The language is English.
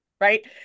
right